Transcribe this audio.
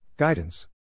Guidance